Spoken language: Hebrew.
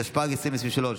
התשפ"ג 2023,